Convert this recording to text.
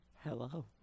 Hello